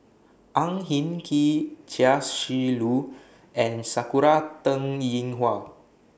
Ang Hin Kee Chia Shi Lu and Sakura Teng Ying Hua